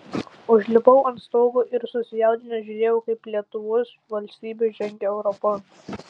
užlipau ant stogo ir susijaudinęs žiūrėjau kaip lietuvos valstybė žengia europon